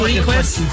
Request